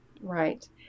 Right